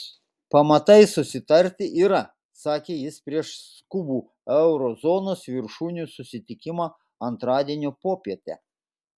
pamatai susitarti yra sakė jis prieš skubų euro zonos viršūnių susitikimą antradienio popietę